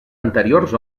anteriors